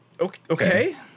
Okay